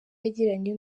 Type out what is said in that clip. yagiranye